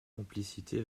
complicité